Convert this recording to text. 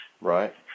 Right